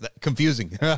Confusing